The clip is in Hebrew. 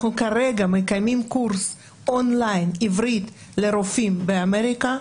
אנחנו כרגע מקיימים קורס און ליין עברית לרופאים באמריקה,